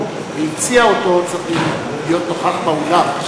והציע אותו צריך להיות נוכח באולם.